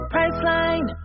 Priceline